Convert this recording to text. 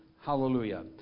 Hallelujah